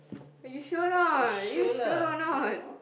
are you sure or not you sure or not